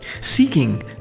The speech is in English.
seeking